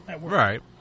Right